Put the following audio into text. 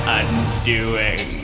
undoing